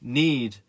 need